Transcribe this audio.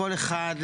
לכל אחד,